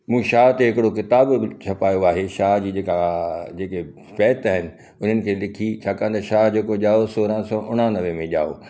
मूं शाह ते हिकड़ो किताब बि छपायो आहे शाह जी जेका जेके बेत आहिनि उन्हनि खे लिखी छाकाणि त शाह जेको ॼाओ सोरहं सौ उणानवे में ॼाओ